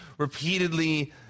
Repeatedly